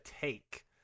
take